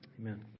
Amen